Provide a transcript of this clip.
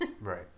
Right